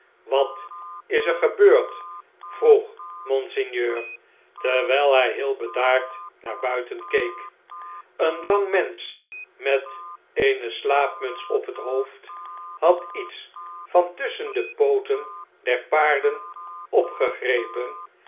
wat is er gebeurd vroeg monseigneur terwijl hij heel bedaard naar buiten keek een lang mensch met eene slaapmuts op het hoofd had iets van tusschen de pooten der paarden opgegrepen